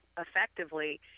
effectively